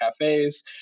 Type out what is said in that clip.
cafes